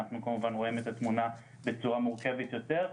אנחנו כמובן רואים את התמונה בצורה מורכבת יותר,